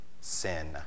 sin